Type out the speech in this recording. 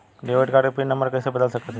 Debit card क pin number कइसे बदल सकत हई?